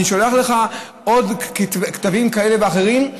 אני שולח לך עוד כתבים כאלה ואחרים.